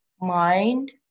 Mind